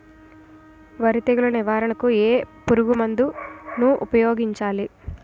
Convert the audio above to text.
వరి తెగుల నివారణకు ఏ పురుగు మందు ను ఊపాయోగించలి?